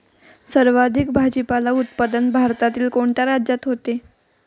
सर्वाधिक भाजीपाला उत्पादन भारतातील कोणत्या राज्यात होते?